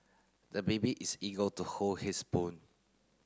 the baby is eager to hold his spoon